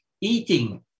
eating